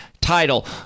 title